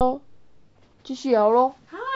继续 liao lor !huh!